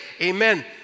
amen